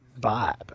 vibe